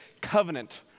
covenant